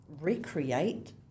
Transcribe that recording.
recreate